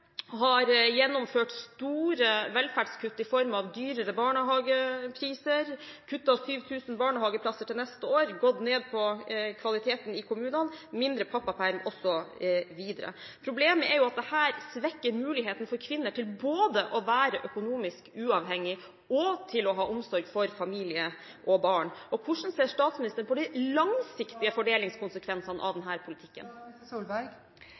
har gjennomført store velferdskutt i form av høyere barnehagepriser, kuttet 7 000 barnehageplasser til neste år, gått ned på kvaliteten i kommunene, mindre pappaperm osv. Problemet er at dette svekker mulighetene for kvinner til både å være økonomisk uavhengige og å ha omsorg for familie og barn. Hvordan ser statsministeren på de langsiktige fordelingskonsekvensene av denne politikken?